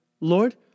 Lord